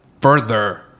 further